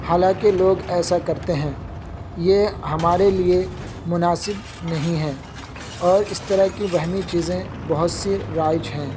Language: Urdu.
حالاںکہ لوگ ایسا کرتے ہیں یہ ہمارے لیے مناسب نہیں ہے اور اس طرح کی وہمی چیزیں بہت سی رائج ہیں